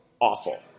awful